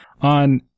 on